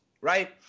Right